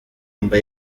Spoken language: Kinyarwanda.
mba